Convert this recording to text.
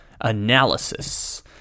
Analysis